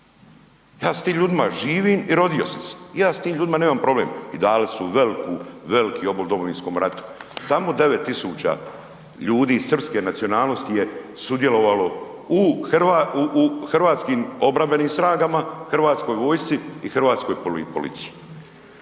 Ja sa tim ljudima živim i rodio sam se i ja sa tim ljudima nemam problem i dali su veliki obol Domovinskom ratu, samo 9000 ljudi srpske nacionalnosti je sudjelovalo u HOS-u, u hrvatskoj vojsci i hrvatskoj policiji.